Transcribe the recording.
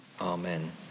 amen